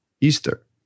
Easter